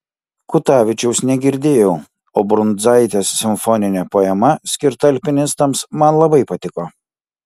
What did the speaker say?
kutavičiaus negirdėjau o brundzaitės simfoninė poema skirta alpinistams man labai patiko